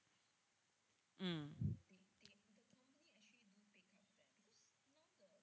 mm